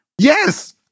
Yes